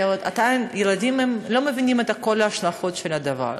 כי ילדים לא מבינים את כל ההשלכות של הדבר.